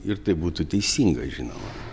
ir tai būtų teisinga žinoma